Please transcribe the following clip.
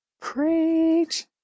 preach